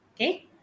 Okay